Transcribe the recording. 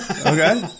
okay